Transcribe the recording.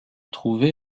trouvés